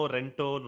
Rento